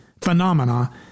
phenomena